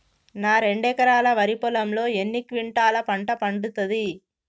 నా రెండు ఎకరాల వరి పొలంలో ఎన్ని క్వింటాలా పంట పండుతది?